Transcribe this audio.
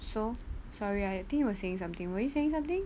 so sorry I think you were saying something were you saying something